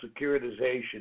securitization